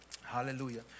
Hallelujah